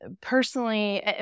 personally